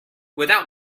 without